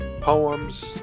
poems